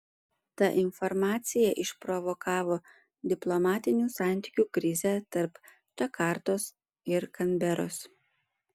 ta informacija išprovokavo diplomatinių santykių krizę tarp džakartos ir kanberos